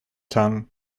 tongue